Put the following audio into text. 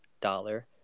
dollar